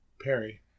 Perry